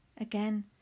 again